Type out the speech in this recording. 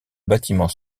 bâtiment